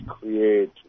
create